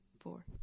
four